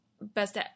Best